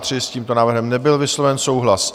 S tímto návrhem nebyl vysloven souhlas.